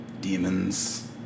Demons